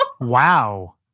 Wow